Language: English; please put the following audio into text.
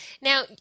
Now